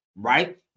right